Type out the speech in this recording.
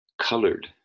colored